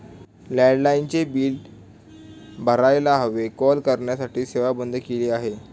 लँडलाइनचे बिल भरायला हवे, कॉल करण्याची सेवा बंद केली आहे